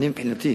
מבחינתי,